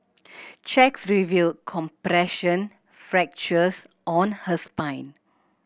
checks revealed compression fractures on her spine